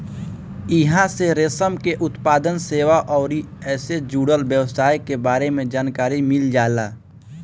इहां से रेशम के उत्पादन, सेवा अउरी एसे जुड़ल व्यवसाय के बारे में जानकारी मिल जाला